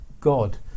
God